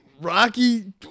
Rocky